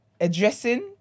addressing